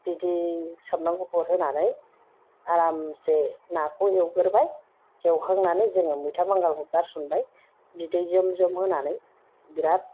बिदि सामब्राम गुफुर होनानै आरामसे नाखौ एवगोरबाय एवखांनानै जोङो मैथा बांगालखौ गारसनबाय बिदै जोम जोम होनानै बिराद